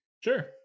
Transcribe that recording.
sure